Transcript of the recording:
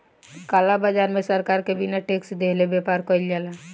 काला बाजार में सरकार के बिना टेक्स देहले व्यापार कईल जाला